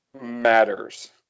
matters